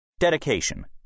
Dedication